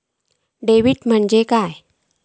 Debit म्हणजे काय?